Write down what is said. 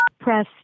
press